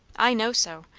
i know so.